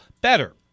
better